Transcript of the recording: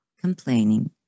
complaining